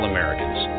Americans